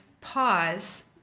pause